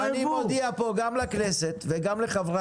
סימון, אני מודיע פה גם לכנסת וגם לחברי